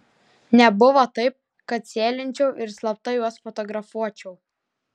nebuvo taip kad sėlinčiau ir slapta juos fotografuočiau